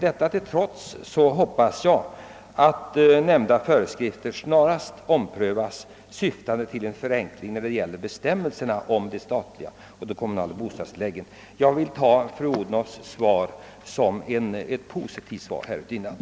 Detta till trots hoppas jag att nämnda föreskrifter snarast omprövas i syfte att nå en förenkling av bestämmelserna om de statliga och kommu nala bostadstilläggen. Jag vill uppfatta statsrådet fru Odhnoffs svar som pPpositivt i detta avseende.